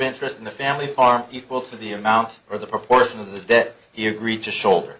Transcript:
interest in the family farm equal to the amount or the proportion of the debt he agreed to shoulder